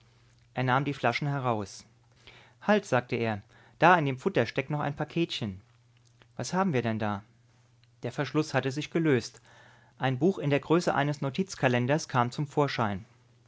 er nahm die flaschen heraus halt sagte er da in dem futter steckt noch ein paketchen was haben wir denn da der verschluß hatte sich gelöst ein buch in der größe eines notizkalenders kam zum vorschein